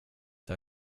det